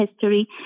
history